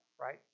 right